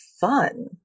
fun